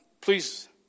Please